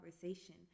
conversation